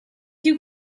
you